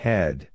Head